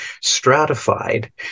stratified